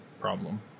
problem